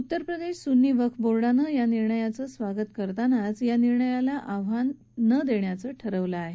उत्तर प्रदेश सुन्नी वक्फ बोर्डानं या निर्णयाचा स्वागत करतानाच या निर्णयाला आव्हान न देण्याचं ठरवलं आहे